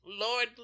Lord